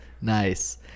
Nice